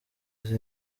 izi